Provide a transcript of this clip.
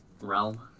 realm